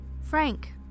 Frank